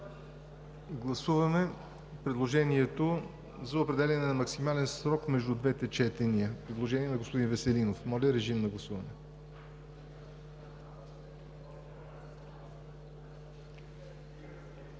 Гласуваме предложението за определяне на максимален срок между двете четения – предложение на господин Веселинов. Гласували